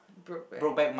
Brokeback